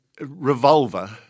Revolver